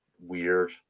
weird